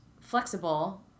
flexible